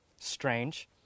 Strange